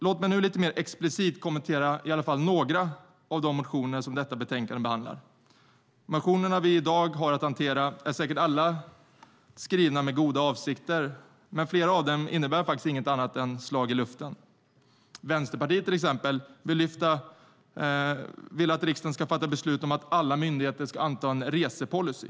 Låt mig nu lite mer explicit kommentera i alla fall några av de motioner som behandlas i detta betänkande. De motioner som vi i dag har att hantera är säkert alla skrivna med goda avsikter. Men flera av dem innebär faktiskt inget annat än slag i luften. Vänsterpartiet vill till exempel att riksdagen ska fatta beslut om att alla myndigheter ska anta en resepolicy.